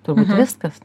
turbūt viskas